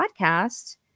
podcast